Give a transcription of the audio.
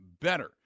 better